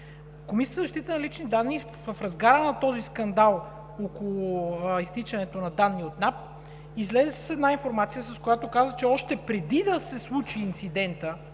Комисията за защита на личните данни в разгара на този скандал около изтичането на данни от НАП излезе с една информация, с която каза, че още преди да се случи инцидентът